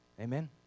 Amen